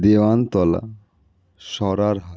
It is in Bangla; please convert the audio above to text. দেওয়ানতলা সরার হাট